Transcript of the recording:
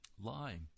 lying